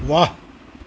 વાહ